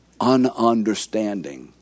ununderstanding